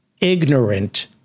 ignorant